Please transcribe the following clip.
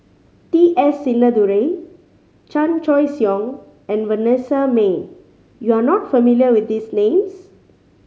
T S Sinnathuray Chan Choy Siong and Vanessa Mae you are not familiar with these names